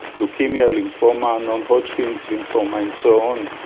leukaemia, lymphoma, non-hodgkin's lymphoma and so on,